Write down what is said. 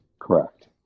Correct